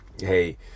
hey